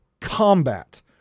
combat